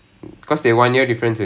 ask